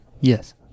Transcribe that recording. Yes